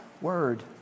word